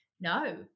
No